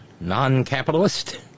non-capitalist